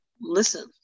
listen